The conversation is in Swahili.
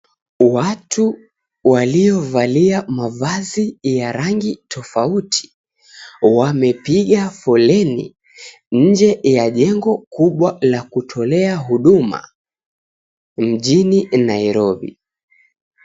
Watu waliovalia mavazi ya rangi tofauti, wamepiga foleni nje la jengo kubwa la kutolea huduma, mjini Nairobi.